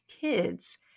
kids